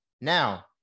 Now